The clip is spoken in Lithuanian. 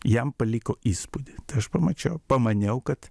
jam paliko įspūdį aš pamačiau pamaniau kad